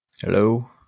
Hello